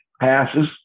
passes